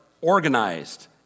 organized